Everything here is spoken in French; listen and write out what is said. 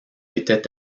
était